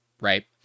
right